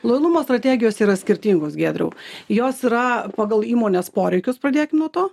lojalumo strategijos yra skirtingos giedriau jos yra pagal įmonės poreikius pradėkim nuo to